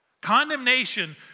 Condemnation